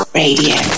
radio